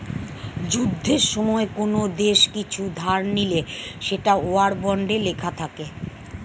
যুদ্ধের সময়ে কোন দেশ কিছু ধার নিলে সেটা ওয়ার বন্ডে লেখা থাকে